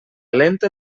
lenta